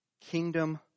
kingdom